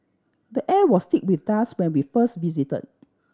the air was thick with dust when we first visited